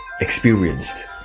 experienced